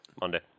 Monday